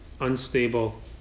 unstable